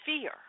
fear